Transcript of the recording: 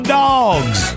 dogs